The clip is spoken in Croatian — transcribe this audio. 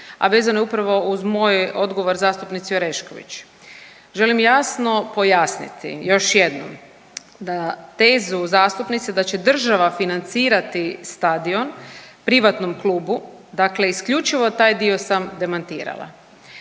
a vezano je upravo uz moj odgovor zastupnici Orešković. Želim jasno pojasniti još jednom da, tezu zastupnici da će država financirati stadion privatnom klubu, dakle isključivo taj dio sam demantirala.